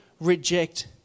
reject